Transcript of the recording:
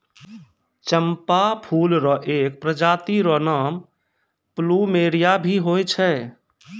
चंपा फूल र एक प्रजाति र नाम प्लूमेरिया भी होय छै